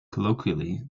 colloquially